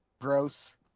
gross